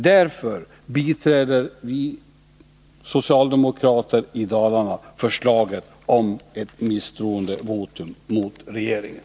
Därför biträder vi socialdemokrater i Dalarna förslaget om ett misstroendevotum mot regeringen.